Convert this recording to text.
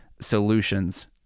solutions